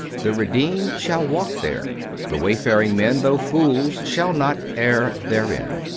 the redeemed shall walk there. the wayfaring men, though fools, shall not err therein.